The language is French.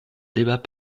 débat